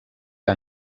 que